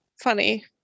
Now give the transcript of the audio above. funny